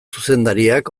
zuzendariak